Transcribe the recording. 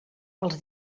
els